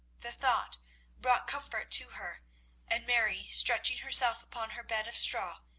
the thought brought comfort to her and mary, stretching herself upon her bed of straw,